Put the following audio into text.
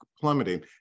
plummeting